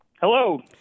Hello